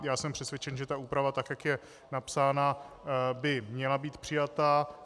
Já jsem přesvědčen, že ta úprava, tak jak je napsána, by měla být přijata.